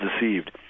deceived